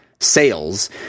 Sales